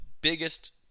biggest